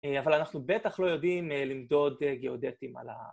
‫אבל אנחנו בטח לא יודעים ‫למדוד גאודטים על ה...